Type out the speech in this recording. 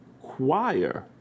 choir